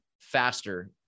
faster